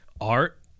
Art